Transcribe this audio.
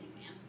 man